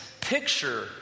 picture